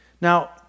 Now